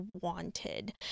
wanted